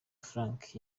frank